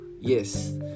yes